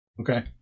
okay